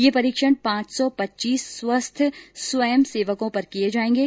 ये परीक्षण पांच सौ पच्चीस स्वस्थ स्वयं सेवकों पर किये जाएंगे